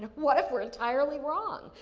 what if we're entirely wrong?